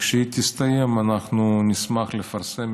כשהיא תסתיים אנחנו נשמח לפרסם.